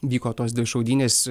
vyko tos dvi šaudynės